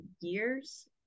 years